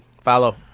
Follow